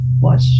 watch